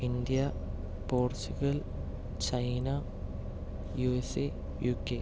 India Portugal China USA UK